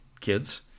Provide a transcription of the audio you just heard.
kids